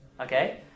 Okay